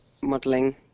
modeling